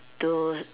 to